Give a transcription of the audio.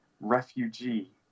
refugee